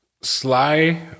Sly